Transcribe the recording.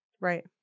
Right